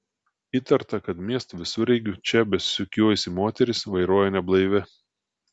įtarta kad miesto visureigiu čia besisukiojusi moteris vairuoja neblaivi